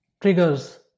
triggers